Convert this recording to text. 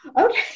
Okay